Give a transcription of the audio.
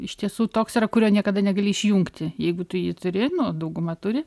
iš tiesų toks yra kurio niekada negali išjungti jeigu tu jį turi nu dauguma turi